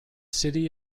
city